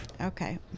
Okay